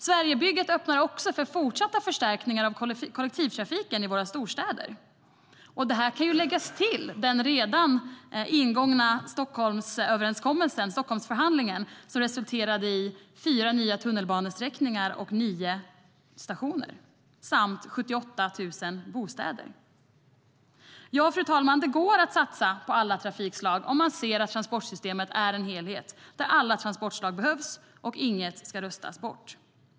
Sverigebygget öppnar också för fortsatta förstärkningar av kollektivtrafiken i våra storstäder. Till detta kan läggas den redan ingångna Stockholmsöverenskommelsen, Stockholmsförhandlingen, som resulterade i fyra nya tunnelbanesträckningar och nio stationer samt 78 000 bostäder. Fru talman! Det går att satsa på alla trafikslag om man ser transportsystemet som en helhet där alla transportslag behövs och inget ska rustas bort.